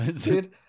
Dude